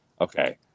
okay